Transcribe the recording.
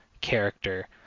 character